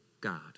God